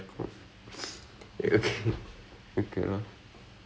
okay can lah that's okay that's not bad